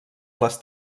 les